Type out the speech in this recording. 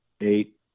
eight